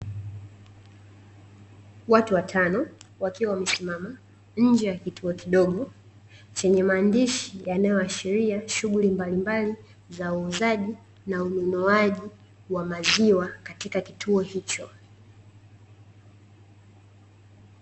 Watu watano wakiwa wamesimama nje ya kituo kidogo chenye maandishi yanayoashiria shughuli mbalimbali za uuzaji na ununuaji wa maziwa katika kituo hicho.